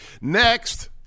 Next